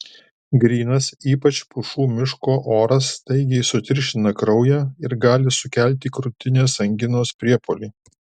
grynas ypač pušų miško oras staigiai sutirština kraują ir gali sukelti krūtinės anginos priepuolį